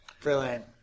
Brilliant